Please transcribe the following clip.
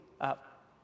up